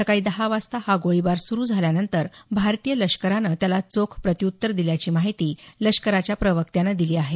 सकाळी दहा वाजता हा गोळीबार सुरू झाल्यानंतर भारतीय लष्करानं त्याला चोख प्रत्युत्तर दिल्याची माहिती लष्कराच्या प्रवक्त्यानं दिली आहे